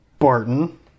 Barton